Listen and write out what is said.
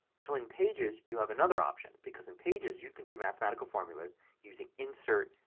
so in pages you have another option because in pages you can do mathematical formulas using insert,